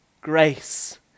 grace